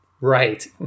Right